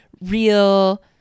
real